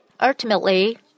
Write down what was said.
Ultimately